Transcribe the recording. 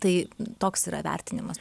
tai toks yra vertinimas